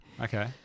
Okay